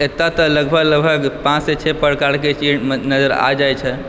एतय तऽ लगभग लगभग पाँचसँ छओ प्रकारके चिड़ नजर आ जाइ छै